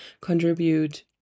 contribute